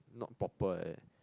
not proper like that